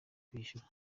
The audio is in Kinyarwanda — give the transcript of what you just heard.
kwishyura